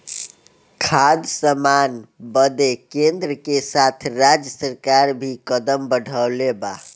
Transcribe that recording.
खाद्य सामान बदे केन्द्र के साथ राज्य सरकार भी कदम बढ़ौले बा